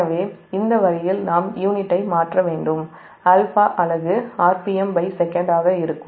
எனவே இந்த வழியில் நாம் யூனிட்டை மாற்ற வேண்டும் α அலகு rpm sec ஆக இருக்கும்